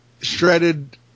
shredded